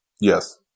Yes